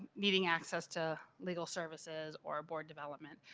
needing access to legal services or board development.